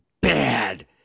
bad